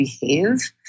behave